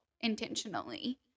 intentionally